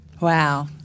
Wow